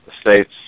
states